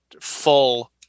full